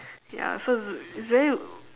ya so it's it's very